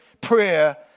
Prayer